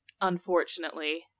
unfortunately